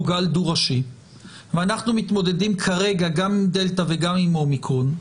גל דו-ראשי ואנחנו מתמודדים כרגע גם עם דלתא וגם עם אומיקרון,